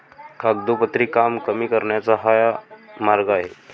कागदोपत्री काम कमी करण्याचा हा मार्ग आहे